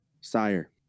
Sire